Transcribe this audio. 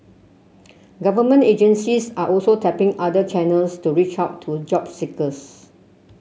government agencies are also tapping other channels to reach out to a job seekers